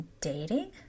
dating